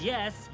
Yes